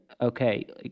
okay